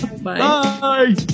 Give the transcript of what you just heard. Bye